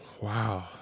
Wow